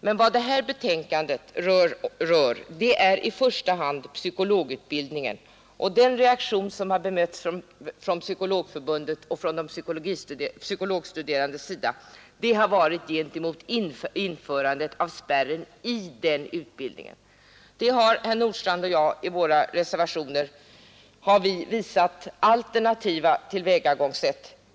Men vad detta betänkande rör är i första hand psykologutbildningen. Den reaktion som kommit från Psykologförbundet och de psykologstuderandes sida har gällt införandet av spärren i den utbildningen. Herr Nordstrandh och jag har i våra reservationer anvisat alternativa tillvägagångssätt.